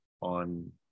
on